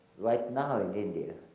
like now in india,